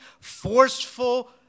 forceful